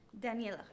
Daniela